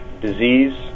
disease